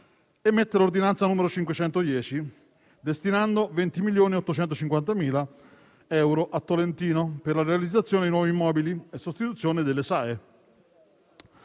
emesso l'ordinanza n. 510, destinando 20,85 milioni di euro a Tolentino per la realizzazione di nuovi immobili in sostituzione delle SAE.